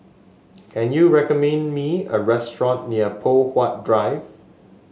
can you recommend me a restaurant near Poh Huat Drive